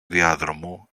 διάδρομο